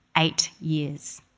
eight years.